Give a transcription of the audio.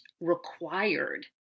required